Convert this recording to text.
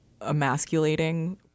emasculating